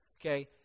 Okay